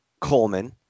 Coleman